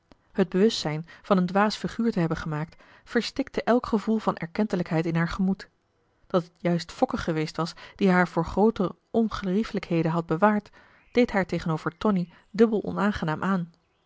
het bewustzijn van een dwaas figuur te hebben gemaakt verstikte elk gevoel van erkentelijkheid in haar gemoed dat het juist fokke geweest was die haar voor grootere ongeriefelijkheden had bewaard marcellus emants een drietal novellen deed haar tegenover tonie dubbel onaangenaam aan